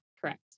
Correct